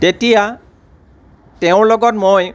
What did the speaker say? তেতিয়া তেওঁৰ লগত মই